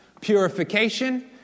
Purification